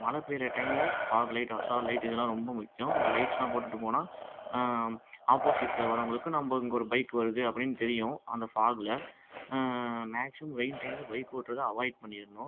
மழை பேயுற டைமில் ஃபாக் லைட் ஹசார்ட் லைட் இதெல்லாம் ரொம்ப முக்கியம் அந்த லைட்ஸ்லாம் போட்டுகிட்டு போனால் ஆப்போசிட்டில் வர்றவங்களுக்கு நம்ப இங்கே ஒரு பைக் வருது அப்படின்னு தெரியும் அந்த ஃபாக்கில் மேக்ஸிமம் ரெயின் டைமில் பைக் ஓட்டுறத அவாய்ட் பண்ணிடணும்